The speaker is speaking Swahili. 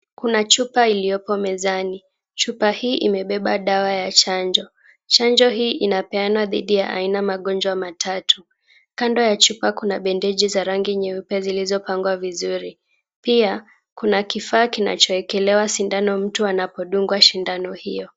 Kuna chupa iliyoko mezani. Chupa hii imebeba dawa ya chanjo. Chanjo hii inapeanwa dhidi ya aina magonjwa matatu. Kando ya chupa kuna bendeji za rangi nyeupe zilizopangwa vizuri. Pia kuna kifaa kinachoekelewa sindano mtu anapodungwa sindano hiyo.